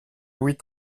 louis